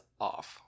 off